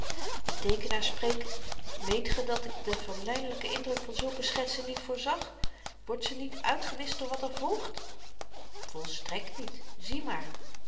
de teekenaar spreekt meent ge dat ik den verleidelyken indruk van zulke schetsen niet voorzag wordt ze niet uitgewischt door wat er volgt volstrekt niet zie maar